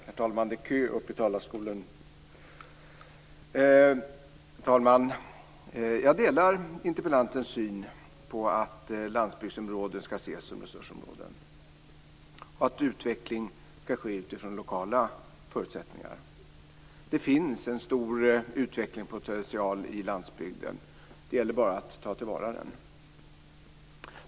Herr talman! Jag delar interpellantens syn på att landsbygdsområden skall ses som resursområden och att utveckling skall ske utifrån lokala förutsättningar. Det finns en stor utvecklingspotential i landsbygden. Det gäller bara att ta till vara på den.